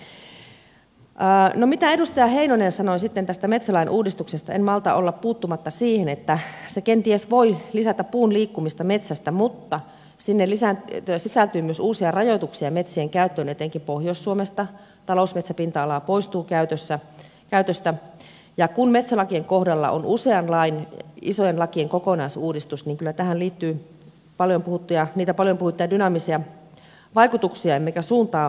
mitä edustaja heinonen sanoi sitten tästä metsälain uudistuksesta en malta olla puuttumatta siihen että se kenties voi lisätä puun liikkumista metsästä mutta sinne sisältyy myös uusia rajoituksia metsien käyttöön etenkin pohjois suomesta talousmetsäpinta alaa poistuu käytöstä ja kun metsälakien kohdalla on useiden isojen lakien kokonaisuudistus niin kyllä tähän liittyy niitä paljon puhuttuja dynaamisia vaikutuksia emmekä suuntaa välttämättä tiedä